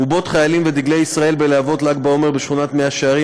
בובות חיילים ודגלי ישראל בלהבות ל"ג בעומר בשכונת מאה שערים,